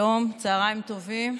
שלום, צוהריים טובים.